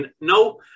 no